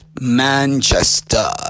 Manchester